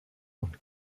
und